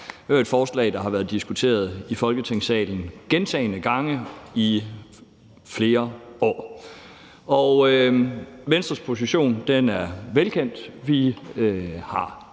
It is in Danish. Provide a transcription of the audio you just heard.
Det er jo et forslag, der har været diskuteret i Folketingssalen gentagne gange i flere år, og Venstres position er velkendt: Vi har